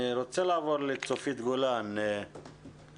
אני רוצה לעבור לצופית גולן בבקשה.